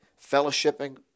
fellowshipping